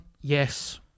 Yes